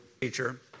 teacher